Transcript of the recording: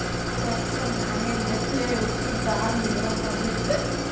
पैक्सोत धानेर बेचले उचित दाम मिलोहो होबे?